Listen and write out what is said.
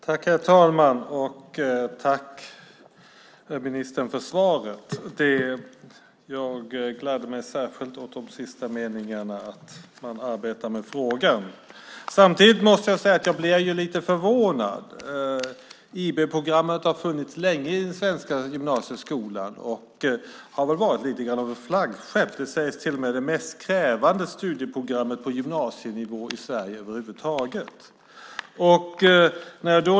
Herr talman! Tack för svaret, ministern! Jag gladde mig särskilt åt de sista meningarna om att man arbetar med frågan. Men samtidigt måste jag säga att jag blir lite förvånad. IB-programmet har funnits länge i den svenska gymnasieskolan. Det har väl varit lite grann av ett flaggskepp. Det sägs till med att det är det mest krävande studieprogram på gymnasienivå i Sverige över huvud taget.